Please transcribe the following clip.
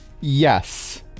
Yes